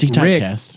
Rick